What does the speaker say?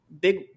big